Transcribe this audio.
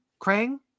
krang